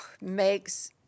makes